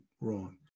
wrong